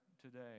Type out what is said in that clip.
today